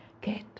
get